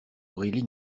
aurélie